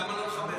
למה לא לחבר?